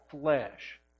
flesh